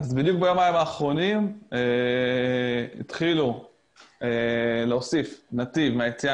בדיוק ביומיים האחרונים התחילו להוסיף נתיב מהיציאה